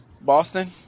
Boston